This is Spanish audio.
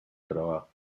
trabajo